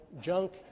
junk